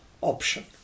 option